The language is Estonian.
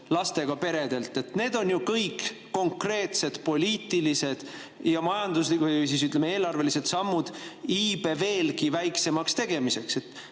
lastega peredelt. Need on ju kõik konkreetsed poliitilised ja majanduslikud või siis, ütleme, eelarvelised sammud iibe veelgi väiksemaks tegemiseks.